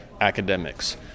academics